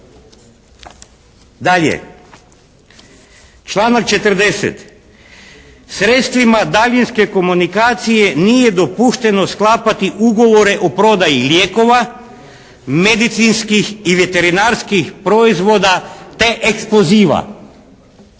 Dalje. Članak 40.: "Sredstvima daljinske komunikacije nije dopušteno sklapati ugovore o prodaji lijekova, medicinskih i veterinarskih proizvoda te eksploziva."